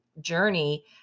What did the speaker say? journey